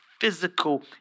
physical